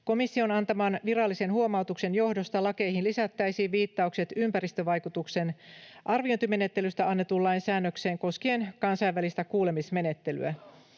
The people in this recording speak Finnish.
Komission antaman virallisen huomautuksen johdosta lakeihin lisättäisiin viittaukset ympäristövaikutusten arviointimenettelystä annetun lain säännökseen koskien kansainvälistä kuulemismenettelyä.